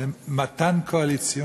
זה מתן קואליציוני.